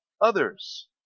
others